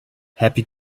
happy